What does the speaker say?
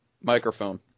microphone